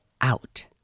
out